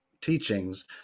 teachings